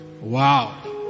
Wow